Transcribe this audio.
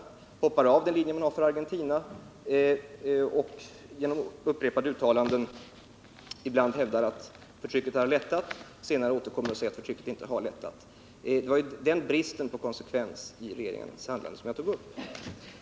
Därefter hoppar man av den linje man driver i fråga om Argentina och hävdar i uttalanden att förtrycket där har lättat för att senare återkomma och säga att förtrycket inte har lättat. Det är den bristen på konsekvens i regeringens handlande som jag tog upp.